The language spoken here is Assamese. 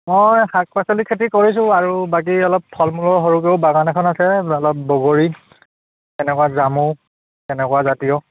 মই শাক পাচলি খেতি কৰিছোঁ আৰু বাকী অলপ ফল মূলৰ সৰুকৈয়ো বাগান এখন আছে অলপ বগৰী তেনেকুৱা জামু তেনেকুৱা জাতীয়